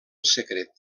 secret